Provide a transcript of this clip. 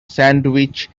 sandwich